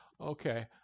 Okay